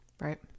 Right